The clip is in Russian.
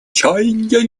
чаяния